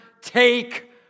take